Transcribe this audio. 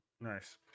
nice